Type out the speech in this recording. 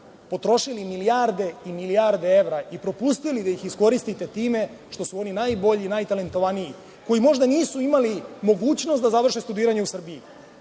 potrošili milijarde evra i propustili da ih iskoristite time što su oni najbolji, najtalentovaniji, koji možda nisu imali mogućnost da završe studiranje u Srbiji